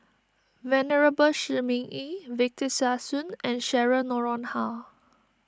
Venerable Shi Ming Yi Victor Sassoon and Cheryl Noronha